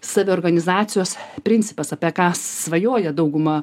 saviorganizacijos principas apie ką svajoja dauguma